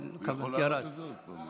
הוא יכול להעלות את זה עוד פעם.